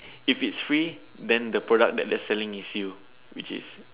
if it's free then the product that they are selling is you which is